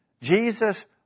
Jesus